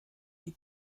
die